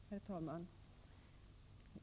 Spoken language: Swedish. Herr talman!